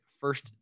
first